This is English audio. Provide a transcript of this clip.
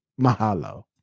Mahalo